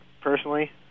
personally